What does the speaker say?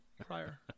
prior